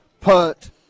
punt